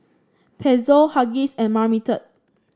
Pezzo Huggies and Marmite